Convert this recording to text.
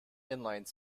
inline